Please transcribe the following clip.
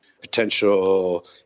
potential